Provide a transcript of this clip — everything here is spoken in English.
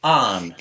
on